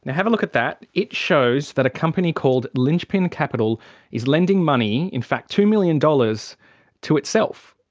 and have a look at that, it shows that a company called linchpin capital is lending money, in fact two million dollars to itself.